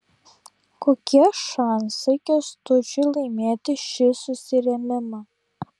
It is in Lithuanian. kokie šansai kęstučiui laimėti šį susirėmimą